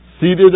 seated